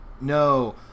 No